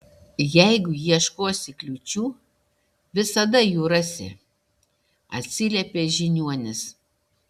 jeigu ieškosi kliūčių visada jų rasi atsiliepė žiniuonis